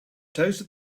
toasted